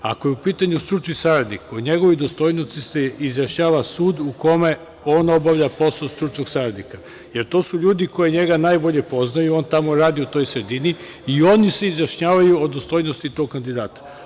Ako je u pitanju stručni saradnik o njegovoj dostojnosti se izjašnjava sud u kome on obavlja posao stručnog savetnika, jer to su ljudi koji njega najbolje poznaju, on radi u toj sredini i oni se izjašnjavaju o dostojnosti tog kandidata.